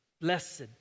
Blessed